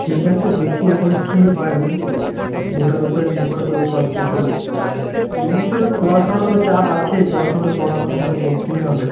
ঠিক আছে দেখি এখন কী হয় বুঝলি ওটার ওপরে নির্ভর করে সব কিছু এমনি তো পড়াশোনা তো চাপ আছেই পড়াশোনাটা পড়াশোনার মতো করতেই হবে